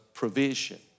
provision